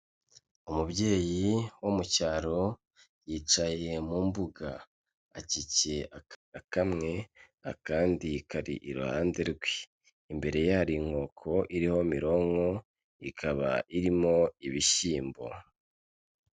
Umubyeyi wo mu cyaro yicaye mu mbuga, akikiye akana kamwe akandi kari iruhande rwe, imbere ye hari inkoko iriho mironko ikaba irimo ibishyimbo.